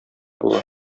була